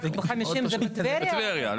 50 זה בטבריה?